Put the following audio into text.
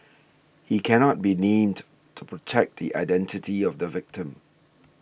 he cannot be named to protect the identity of the victim